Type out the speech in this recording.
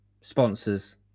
sponsors